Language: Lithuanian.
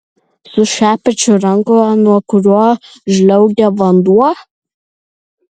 su šepečiu rankoje nuo kurio žliaugia vanduo